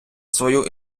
свою